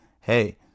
Hey